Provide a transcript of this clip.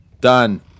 Done